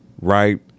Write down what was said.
right